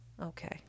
Okay